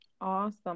Awesome